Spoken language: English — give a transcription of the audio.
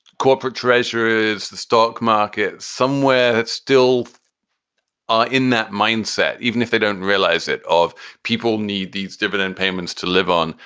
corporate treasuries is the stock market somewhere still ah in that mindset? even if they don't realize it. of people need these dividend payments to live on.